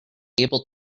able